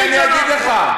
תן לי, אני אגיד לך.